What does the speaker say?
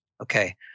okay